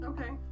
Okay